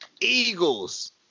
Eagles